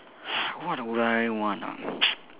what would I want ah